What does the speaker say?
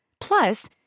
Plus